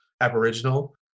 Aboriginal